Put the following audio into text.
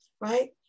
right